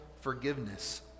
forgiveness